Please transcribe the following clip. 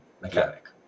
mechanic